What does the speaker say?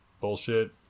bullshit